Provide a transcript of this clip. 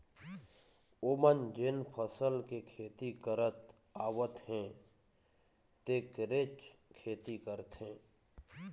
ओमन जेन फसल के खेती करत आवत हे तेखरेच खेती करथे